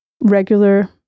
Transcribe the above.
regular